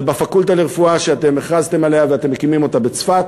בפקולטה לרפואה שאתם הכרזתם עליה ואתם מקימים אותה בצפת,